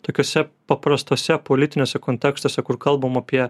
tokiuose paprastuose politiniuose kontekstuose kur kalbam apie